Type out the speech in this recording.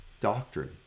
doctrine